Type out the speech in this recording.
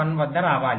1 వద్ద రావాలి